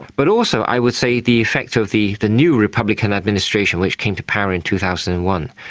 but also i would say the effect of the the new republican administration which came to power in two thousand and one,